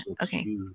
Okay